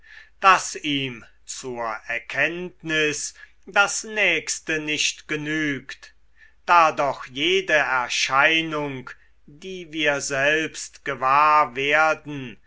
daß ihm zur erkenntnis das nächste nicht genügt da doch jede erscheinung die wir selbst gewahr werden